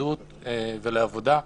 להתמודדות ולעבודה.